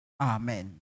Amen